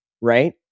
Right